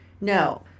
No